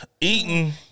eating